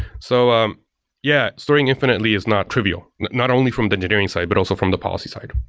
so, um yeah, storing infinitely is not trivial not only from the engineering side, but also from the policy side.